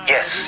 Yes